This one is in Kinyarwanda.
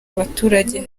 abaturage